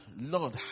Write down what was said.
Lord